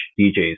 DJ's